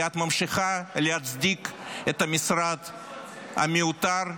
כי את ממשיכה להצדיק את המשרד המיותר,